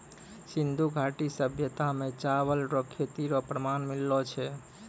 सिन्धु घाटी सभ्यता मे चावल रो खेती रो प्रमाण मिललो छै